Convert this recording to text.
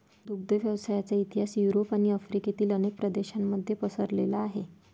दुग्ध व्यवसायाचा इतिहास युरोप आणि आफ्रिकेतील अनेक प्रदेशांमध्ये पसरलेला आहे